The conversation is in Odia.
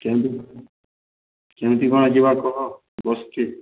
କେମିତି କେମିତି କ'ଣ ଯିବା କହ ବସଛି